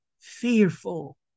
fearful